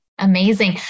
Amazing